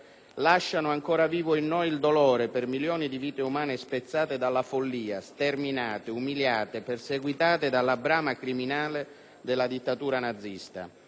lasciano ancora vivo in noi il dolore per milioni di vite umane spezzate dalla follia, sterminate, umiliate, perseguitate dalla brama criminale della dittatura nazista.